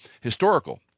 Historical